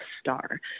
star